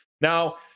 Now